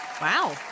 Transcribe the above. wow